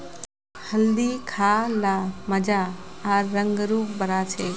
हल्दी खा ल मजा आर रंग रूप बढ़ा छेक